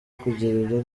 kugirira